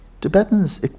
Tibetans